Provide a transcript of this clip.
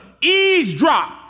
eavesdrop